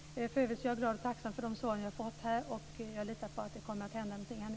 För övrigt är jag glad och tacksam för de svar jag fått. Jag litar på att det kommer att hända någonting.